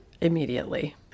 immediately